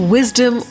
Wisdom